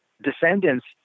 descendants